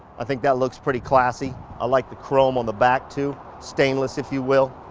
i think that looks pretty classy. i like the chrome on the back, too. stainless, if you will.